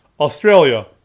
Australia